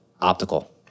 optical